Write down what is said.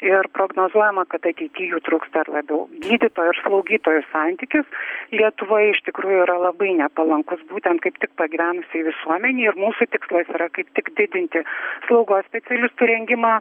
ir prognozuojama kad ateity jų truks dar labiau gydytojų ir slaugytojų santykis lietuvoje iš tikrųjų yra labai nepalankus būtent kaip tik pagyvenusiai visuomenei ir mūsų tikslas yra kaip tik didinti slaugos specialistų rengimą